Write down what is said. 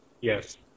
Yes